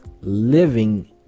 living